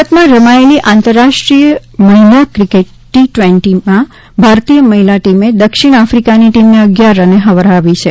સુરતમાં રમાયેલી આંતરરાષ્ટ્રીય મહિલા ક્રિકેટ ટવેન્ટી ટવેન્ટીમાં ભારતીય મહિલા ટીમે દક્ષિણ આફિકાની ટીમને અગીયાર રને હરાવી છે